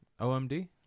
OMD